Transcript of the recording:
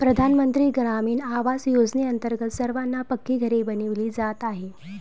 प्रधानमंत्री ग्रामीण आवास योजनेअंतर्गत सर्वांना पक्की घरे बनविली जात आहेत